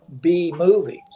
B-movies